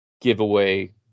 giveaway